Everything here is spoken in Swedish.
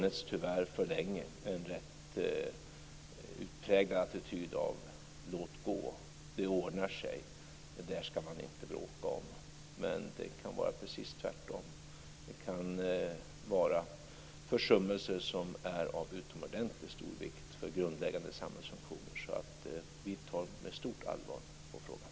Det har tyvärr för länge funnits en rätt utpräglad låt-gå-attityd innebärande att det ordnar sig - det där ska man inte bråka om. Det kan tvärtom ha gjorts försummelser med utomordentligt stor påverkan på grundläggande samhällsfunktioner. Vi tar alltså frågan på stort allvar.